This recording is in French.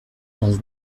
dans